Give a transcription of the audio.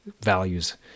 values